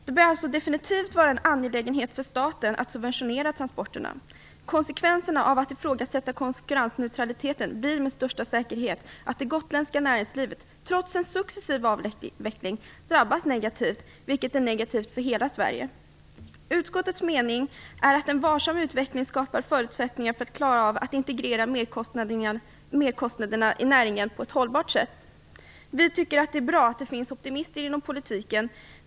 Det bör alltså definitivt vara en angelägenhet för staten att subventionera transporterna. Konsekvenserna av att ifrågasätta konkurrensneutraliteten blir med största säkerhet att det gotländska näringslivet trots en successiv avveckling drabbas negativt, vilket är negativt för hela Sverige. Utskottets mening är att en varsam utveckling skapar förutsättningar för att klara av att integrera merkostnaderna i näringen på ett hållbart sätt. Vi tycker att det är bra att det finns optimister inom politiken.